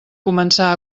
començar